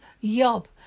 yob